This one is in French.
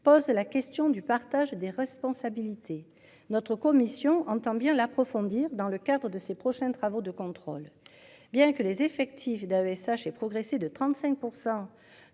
pose la question du partage des responsabilités. Notre commission entend bien l'approfondir. Dans le cadre de ses prochains travaux de contrôle. Bien que les effectifs d'AESH et progressé de 35%